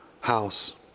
house